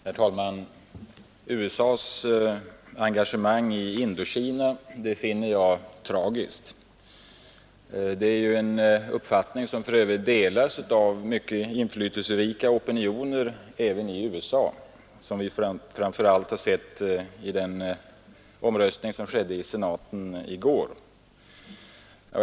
Herr talman! USA:s engagemang i Indokina finner jag tragiskt. Det är ju en uppfattning som delas av mycket inflytelserika opinioner även i USA, något som vi framför allt sett i den omröstning som skedde i senaten i går.